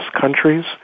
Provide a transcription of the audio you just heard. countries